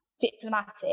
diplomatic